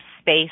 space